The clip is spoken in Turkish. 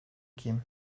kim